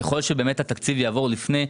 ככל שהתקציב יעבור לפני,